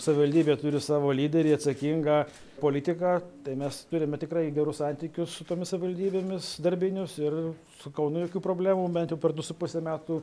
savivaldybė turi savo lyderį atsakingą politiką tai mes turime tikrai gerus santykius su tomis savivaldybėmis darbinius ir su kaunu jokių problemų bent jau per du su puse metų